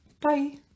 bye